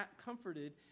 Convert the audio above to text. comforted